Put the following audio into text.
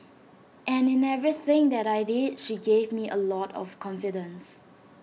and in everything that I did she gave me A lot of confidence